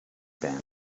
band